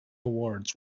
awards